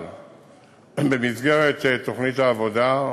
אבל במסגרת תוכנית העבודה,